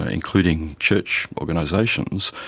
ah including church organisations,